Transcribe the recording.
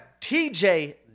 TJ